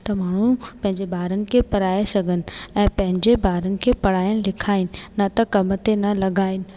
त माण्हू पंहिंजे ॿारनि खे पढ़ाए सघनि ऐं पंहिंजे ॿारनि खे पढ़ाइणु लिखाइणु न त कम ते न लॻाइनि